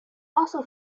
also